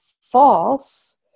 false